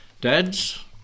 Dads